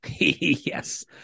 Yes